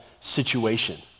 situation